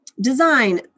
design